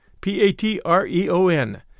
P-A-T-R-E-O-N